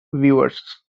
viewers